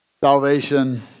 salvation